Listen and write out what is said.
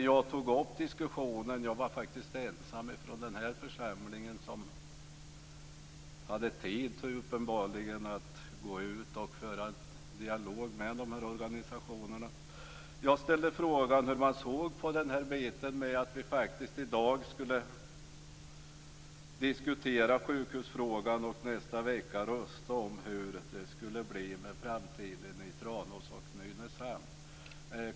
Jag var faktiskt den enda från den här församlingen som hade tid att gå ut och föra en dialog med dessa organisationer. Jag ställde frågan om hur man såg på att vi i dag skulle diskutera sjukhusfrågan och nästa vecka rösta om hur det skall bli i framtiden i Tranås och Nynäshamn.